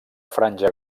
franja